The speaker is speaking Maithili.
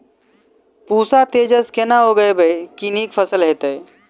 पूसा तेजस केना उगैबे की नीक फसल हेतइ?